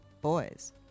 boys